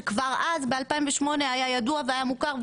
שכבר אז ב-2008 היה ידוע ומוכר,